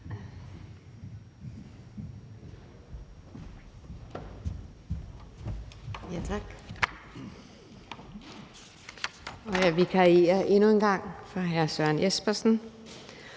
og jeg vikarierer endnu en gang for hr. Søren Espersen.